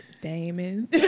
Damon